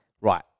right